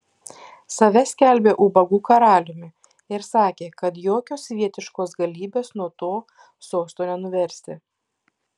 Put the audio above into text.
save skelbė ubagų karaliumi ir sakė kad jokios svietiškos galybės nuo to sosto nenuversią